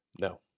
No